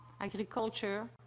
agriculture